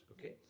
okay